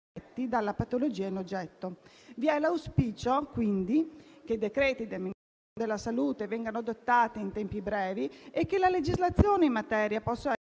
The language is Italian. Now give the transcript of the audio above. dalla patologia in oggetto. Vi è quindi l'auspicio che i decreti del Ministro della salute vengano adottati in tempi brevi e che la legislazione in materia possa essere